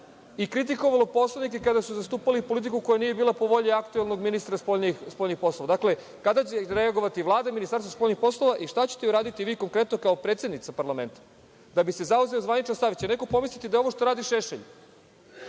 i kritikovalo poslanike kada su zastupali politiku koja nije bila po volji aktuelnog ministra spoljnih poslova. Kada će reagovati Vlada i MSP i šta ćete uraditi vi konkretno kao predsednica parlamenta, da bi se zauzeo zvaničan stav? Neko će pomisliti da ovo što radi Šešelj